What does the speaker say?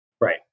Right